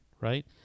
right